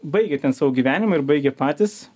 baigė ten savo gyvenimą ir baigė patys